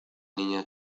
niña